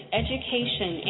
education